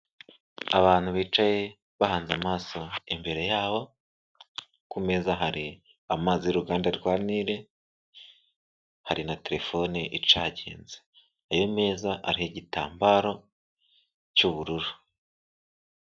Abantu bicaye, bahanze amaso imbere yabo, ku meza hari amazi y'uruganda rwa Nile, hari na telefone icaginze. Ayo meza ariho igitambaro, cy'ubururu.